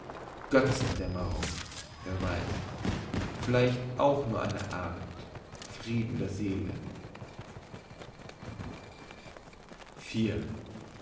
götzen dämmerung wer weiss vielleicht auch nur eine art frieden der seele